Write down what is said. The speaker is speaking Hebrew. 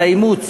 על אימוץ